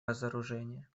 разоружения